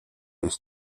ist